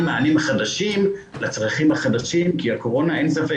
מענים חדשים לצרכים החדשים כי הקורונה אין ספק,